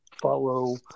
follow